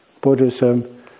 Buddhism